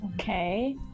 Okay